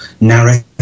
narrative